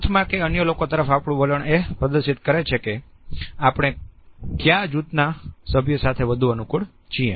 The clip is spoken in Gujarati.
જૂથમાં કે અન્ય લોકો તરફ આપણું વલણ એ પણ પ્રદર્શિત કરે છે કે આપણે કયા જૂથના સભ્ય સાથે વધુ અનુકૂળ છીએ